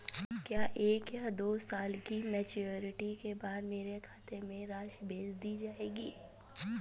क्या एक या दो साल की मैच्योरिटी के बाद मेरे खाते में राशि भेज दी जाएगी?